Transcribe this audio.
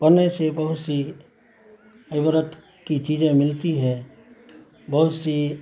پڑھنے سے بہت سی عبرت کی چیزیں ملتی ہے بہت سی